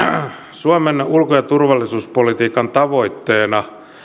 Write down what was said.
suomen ulko ja turvallisuuspolitiikan tavoitteena